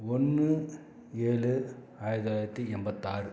ஒன்று ஏழு ஆயிரத்து தொளாயிரத்து எண்பத்தாறு